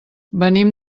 venim